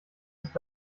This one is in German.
ist